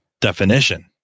definition